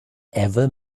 ever